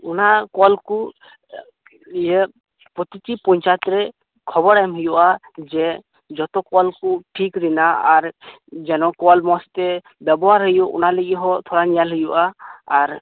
ᱚᱱᱟ ᱠᱚᱞ ᱠᱚ ᱤᱭᱟᱹ ᱯᱨᱚᱛᱤᱴᱤ ᱯᱚᱧᱪᱟᱭᱮᱛ ᱨᱮ ᱠᱷᱚᱵᱚᱨ ᱮᱢ ᱦᱩᱭᱩᱜᱼᱟ ᱡᱮ ᱡᱚᱛᱚ ᱠᱚᱞ ᱠᱚ ᱴᱷᱤᱠ ᱨᱮᱱᱟᱜ ᱟᱨ ᱡᱮᱱᱚ ᱠᱚᱞ ᱢᱚᱡᱽ ᱛᱮ ᱵᱮᱵᱚᱦᱟᱨ ᱦᱩᱭᱩᱜ ᱚᱱᱟ ᱞᱟᱜᱤᱜ ᱦᱚᱸ ᱛᱷᱚᱲᱟ ᱧᱮᱞ ᱦᱩᱭᱩᱜᱼᱟ ᱟᱨ